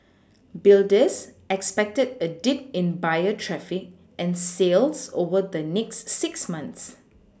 builders expected a dip in buyer traffic and sales over the next six months